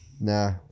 Nah